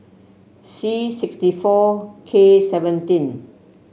c sixty four K seventeen